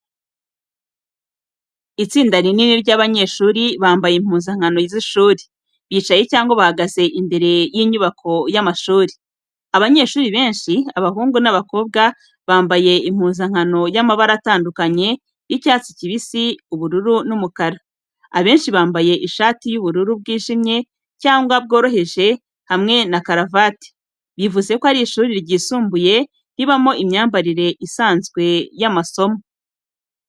Itsinda rinini ry’abanyeshuri, bambaye impuzankano z’ishuri, bicaye cyangwa bahagaze imbere y’inyubako y’amashuri. Abanyeshuri benshi, abahungu n’abakobwa, bambaye impuzankano y’amabara atandukanye y’icyatsi kibisi, ubururu n’umukara. Abenshi bambaye ishati y'ubururu bwijimye, cyangwa bworoheje hamwe na karavate, bivuze ko ari ishuri ryisumbuye ribamo imyambarire isanzwe y'amasomo.